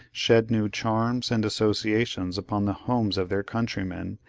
shed new charms and associations upon the homes of their countrymen,